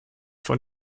von